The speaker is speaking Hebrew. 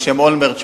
בשם אולמרט,